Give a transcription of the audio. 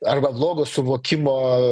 arba blogo suvokimo